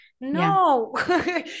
No